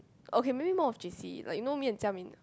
okay maybe more on J_C like you know me and Xiao-min